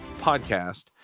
podcast